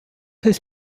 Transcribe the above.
his